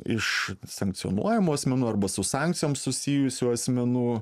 iš sankcionuojamų asmenų arba su sankcijom susijusių asmenų